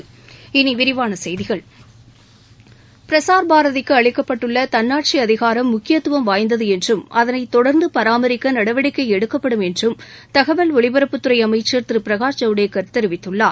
இனி விரிவான செய்திகள் பிரசார் பாரதிக்கு அளிக்கப்பட்டுள்ள தன்னாட்சி அதிகாரம் முக்கியத்துவம் வாய்ந்தது என்றும் அதனைத் தொடர்ந்து பராமரிக்க நடவடிக்கை எடுக்கப்படும் என்றும் தகவல் ஒலிபரப்புத் துறை அமைச்சர் திரு பிரகாஷ் ஜவ்டேகர் தெரிவித்துள்ளார்